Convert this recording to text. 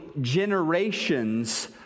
generations